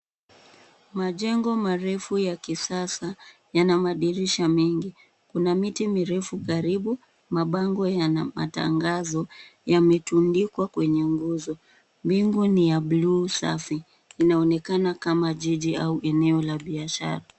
Majengo marefu ya kisasa yana madisrisha mengi. Kuna miti mirefu karibu, mabango yana matangazo yametundikwa kwenye nguzo. Wingu ni ya buluu safi, inaonekana kama jiji au eneo la biashara.